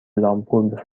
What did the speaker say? لامپور